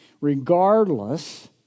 regardless